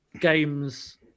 games